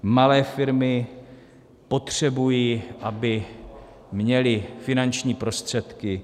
Malé firmy potřebují, aby měly finanční prostředky.